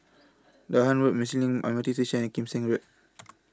Dahan Road Marsiling M R T Station and Kim Seng Road